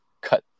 cut